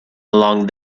along